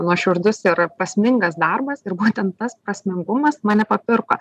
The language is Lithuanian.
nuoširdus ir prasmingas darbas ir būtent tas paslaugumas mane papirko